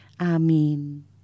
Amen